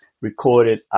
recorded